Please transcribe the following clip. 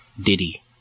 Diddy